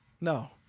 No